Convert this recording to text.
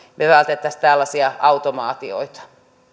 me välttäisimme tällaisia automaatioita